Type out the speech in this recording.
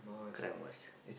crime watch